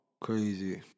Crazy